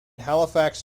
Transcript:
halifax